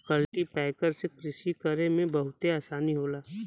cultipacker से कृषि करे में बहुते आसानी होला